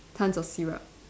tons of syrup